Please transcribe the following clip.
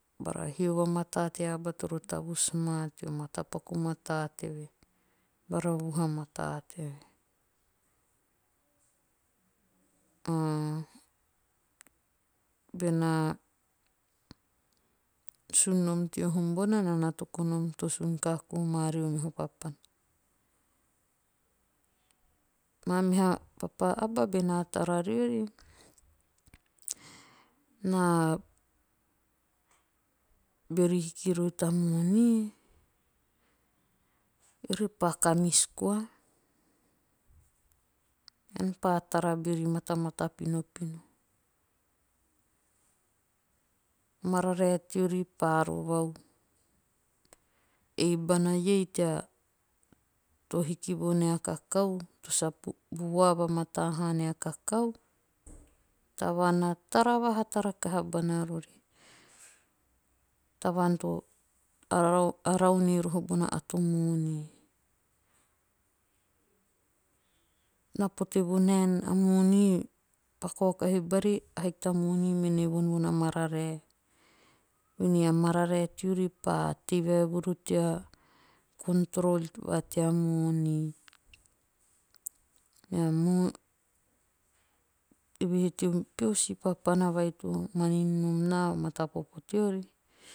Bara hio vamataa tea aba toro tavus maa teo matapaku mataa teve. bara o vuha mataa teve a bena sun nom teo hum bona. enaa na toku nom to sun kako maa rio meha papana. Maa meha papa aba bena tara riori. na beori hihi rori ta moni. eori pa kamis koa. ean pa tara beori matamata pinopino. o mararae teori pa rovau. Ei bana iei tea to hiki vo nia kakao. a tavaan na tara vahata rakaha bana rori. Tavaan to ara. arau iroho bona ato moni. Na pope vonaen a moni pa kaokahi bari. a haiki ta moni mene von bona mararae. vaen ei a mararae teori pa tei vaevuru tea'control'vaa tea moni. Mea moni evehee teo peho si papana vai to manin nom naa o mata popo teori